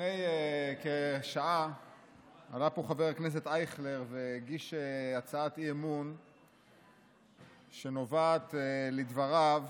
לפני כשעה עלה לפה חבר הכנסת אייכלר והגיש הצעת אי-אמון שנובעת לדבריו